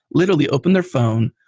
literally, open their phone.